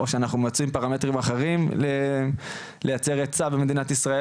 או שאנחנו מוצאים פרמטרים אחרים לייצר היצע במדינת ישראל